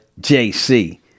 JC